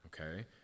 okay